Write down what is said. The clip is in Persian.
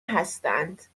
هستند